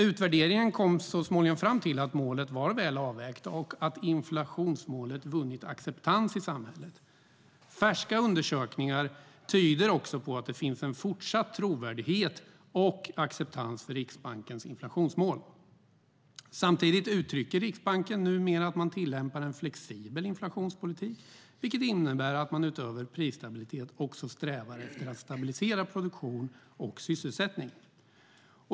Utvärderingen kom så småningom fram till att målet var väl avvägt och att inflationsmålet vunnit acceptans i samhället. Färska undersökningar tyder också på att det finns en trovärdighet och acceptans för Riksbankens inflationsmål. Samtidigt uttrycker Riksbanken numera att man tillämpar en flexibel inflationspolitik, vilket innebär att man utöver prisstabilitet också strävar efter att stabilisera produktion och sysselsättning.